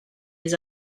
his